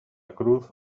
cruz